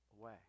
away